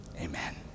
amen